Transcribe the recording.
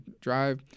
drive